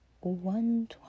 one